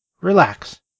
relax